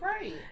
right